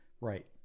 Right